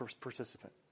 participant